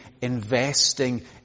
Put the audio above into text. investing